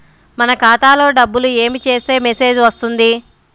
మన ఖాతాలో డబ్బులు ఏమి చేస్తే మెసేజ్ వస్తుంది?